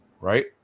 right